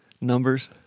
numbers